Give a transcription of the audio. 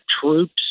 troops